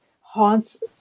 haunts